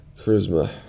charisma